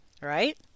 right